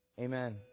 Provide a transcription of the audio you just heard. Amen